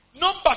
Number